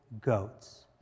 goats